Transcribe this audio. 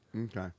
Okay